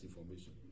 information